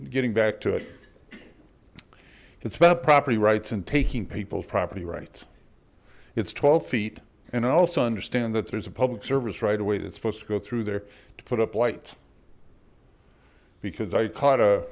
getting back to it it's about property rights and taking people's property rights it's twelve feet and i also understand that there's a public service right away that's supposed to go through there to put up lights because i taught a